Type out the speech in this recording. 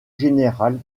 générale